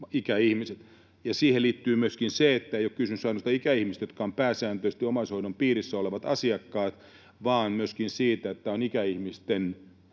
Siihen liittyy myöskin se, että ei ole kysymys ainoastaan ikäihmisistä — joita pääsääntöisesti omaishoidon piirissä on — asiakkaina, vaan myöskin siitä, että tämä on ikäihmisten